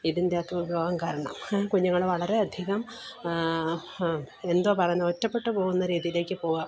ഇതിൻറ്റെ ഒക്കെ ഉപയോഗം കാരണം കുഞ്ഞുങ്ങൾ വളരെയധികം എന്തോ പറയുന്ന ഒറ്റപ്പെട്ടു പോകുന്ന രീതിയിലേക്കു പോകുക